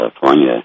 California